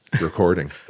recording